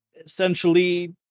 essentially